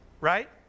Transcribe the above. right